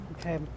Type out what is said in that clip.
Okay